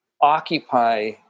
occupy